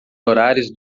horários